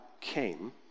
came